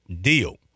deal